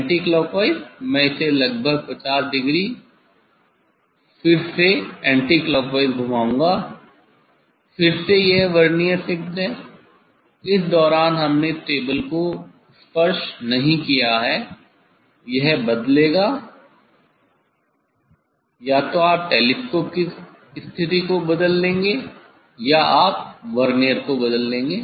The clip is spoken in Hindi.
एंटीक्लॉकवाइज मैं इसे लगभग 50 डिग्री फिर से एंटीक्लॉकवाइज घुमाऊंगा फिर से यह वर्नियर फिक्स्ड है इस दौरान हमने इस टेबल को स्पर्श नहीं किया है यह बदलेगा या तो आप टेलीस्कोप की स्थिति को बदल देंगेया आप वर्नियर को बदल देंगे